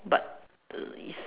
but uh it's